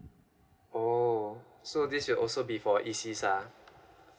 oh so this will also be for E_C ah